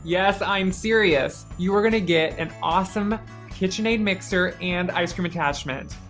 yes, i'm serious. you are gonna get an awesome kitchenaid mixer and ice cream attachment.